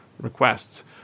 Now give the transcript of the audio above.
requests